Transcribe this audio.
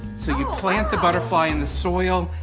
so you plant the butterfly in the soil,